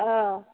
অ'